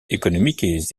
économiques